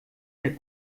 der